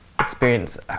experience